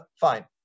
Fine